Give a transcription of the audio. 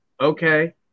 Okay